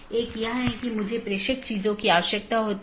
एक यह है कि कितने डोमेन को कूदने की आवश्यकता है